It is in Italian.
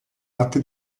latte